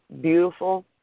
beautiful